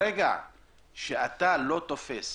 ברגע שאתה לא תופס